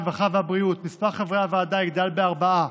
הרווחה והבריאות מספר חברי הוועדה יגדל בארבעה,